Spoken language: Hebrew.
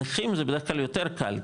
נכים זה בדרך כלל יותר קל,